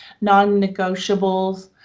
non-negotiables